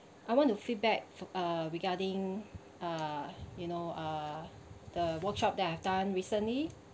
I want to feedback for uh regarding uh you know uh the workshop that I've done recently